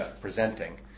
presenting